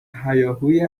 هیاهوی